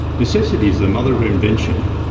necessity is the mother of invention,